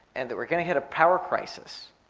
and that we're going to hit a power crisis.